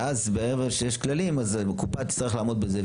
ואז ברגע שיש כללים אז הקופה תצטרך לעמוד בזה,